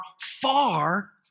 far